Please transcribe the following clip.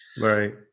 Right